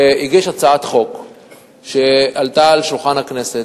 שהגיש הצעת חוק שעלתה על שולחן הכנסת,